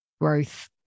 growth